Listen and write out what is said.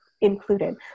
included